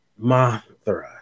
Mothra